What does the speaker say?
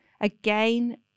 again